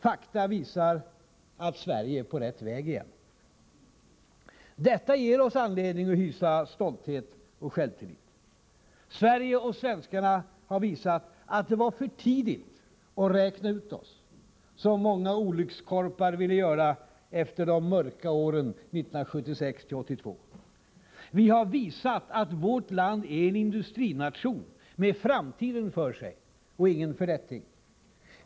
Fakta visar att Sverige är på rätt väg igen. Detta ger oss anledning att hysa stolthet och självtillit. Sverige och svenskarna har visat att det var för tidigt att räkna ut oss — som många olyckskorpar ville göra efter de mörka åren 1976-1982. Vi har visat att vårt land är en industrination med framtiden för sig och ingen fördetting.